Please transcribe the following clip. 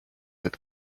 that